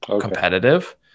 competitive